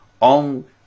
on